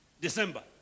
December